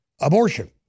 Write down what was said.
abortion